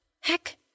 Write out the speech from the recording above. heck